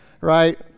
Right